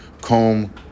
comb